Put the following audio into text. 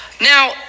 Now